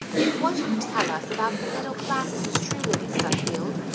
if what you tell us about the middle classes is true, lady stutfield,